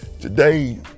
today